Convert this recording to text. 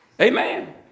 Amen